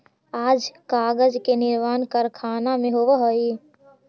आज कागज के निर्माण कारखाना में होवऽ हई